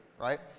right